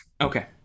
Okay